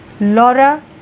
Laura